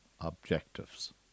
objectives